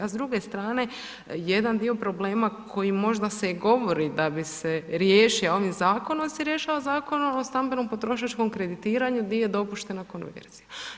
A s druge strane, jedan dio problema, koji možda se i govori da bi se riješio ovim zakonom, se rješava Zakonom o stambenom potrošačkom kreditiranju, gdje je dopuštena konverzija.